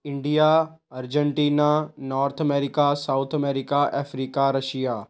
India Argentina north America south America Africa Russia